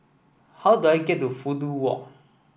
how do I get to Fudu Walk